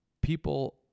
people